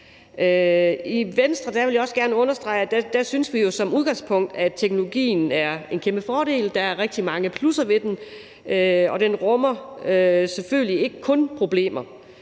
I Venstre vil vi gerne understrege, at vi jo som udgangspunkt synes, at teknologien er en kæmpe fordel. Der er rigtig mange plusser ved den, og den rummer selvfølgelig ikke kun problemer.